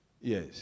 Yes